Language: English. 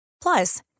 Plus